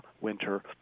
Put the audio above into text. winter